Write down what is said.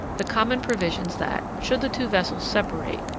the common provisions that, should the two vessels separate,